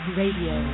radio